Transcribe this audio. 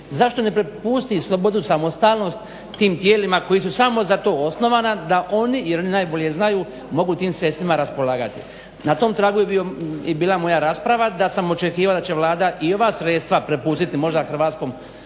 Zašto ne prepusti slobodu samostalnost tih tijelima koja su samo za to osnovana da oni jer oni najbolje znaju mogu tim sredstvima raspolagati. Na tom tragu je bila moja rasprava da sam očekivao da će Vlada i ova sredstva prepustiti možda hrvatskom